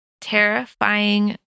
terrifying